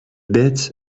bit